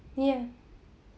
ya